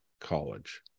college